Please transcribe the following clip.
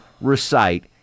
recite